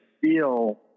feel